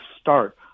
start